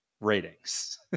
Ratings